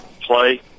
play